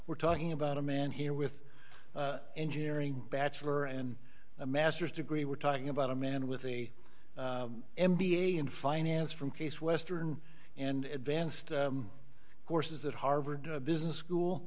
we're talking about a man here with engineering bachelor and a masters degree we're talking about a man with a m b a in finance from case western and advanced courses at harvard business school